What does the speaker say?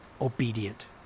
obedient